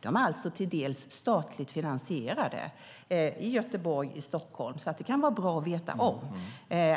De är alltså delvis statligt finansierade i Göteborg och Stockholm. Det kan vara bra att veta om